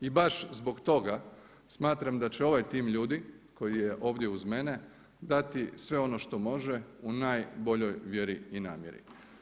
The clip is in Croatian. I baš zbog toga smatram da će ovaj tim ljudi koji je ovdje uz mene dati sve ono što može u najboljoj vjeri i namjeri.